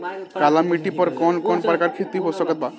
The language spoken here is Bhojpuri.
काली मिट्टी पर कौन कौन प्रकार के खेती हो सकत बा?